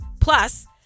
plus